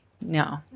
No